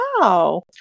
Wow